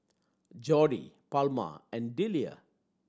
Jordy Palma and Deliah